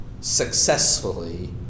successfully